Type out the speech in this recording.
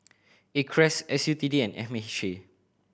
Acres S U T D and M H C